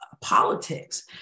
politics